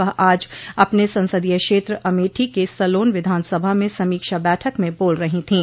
वह आज अपने संसदीय क्षेत्र अमेठी के सलोन विधानसभा में समीक्षा बैठक में बोल रही थीं